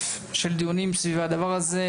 ברצף של דיונים סביב הנושא,